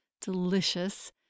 delicious